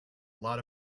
lot